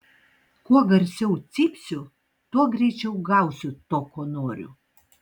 kuo garsiau cypsiu tuo greičiau gausiu to ko noriu